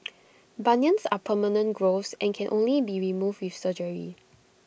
bunions are permanent growths and can only be removed with surgery